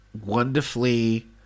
wonderfully